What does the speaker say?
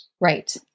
Right